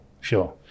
sure